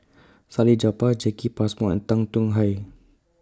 Salleh Japar Jacki Passmore and Tan Tong Hye